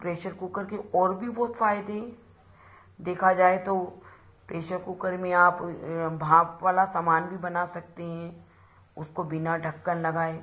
pressure cooker के और भी बहुत फ़ायदे हैं देखा जाए तो प्रेशर कुकर में आप भाप वाला सामान भी बना सकते हैं उसको बिना ढक्कन लगाए